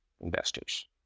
investors